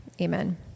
Amen